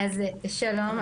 אז שלום,